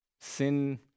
sin